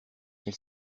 elle